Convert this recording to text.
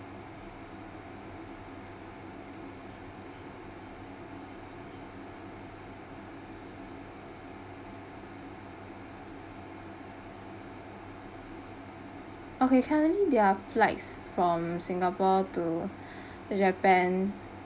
okay currently there are flights from singapore to japan